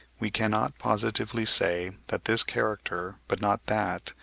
we cannot positively say that this character, but not that,